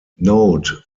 note